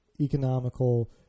economical